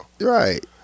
Right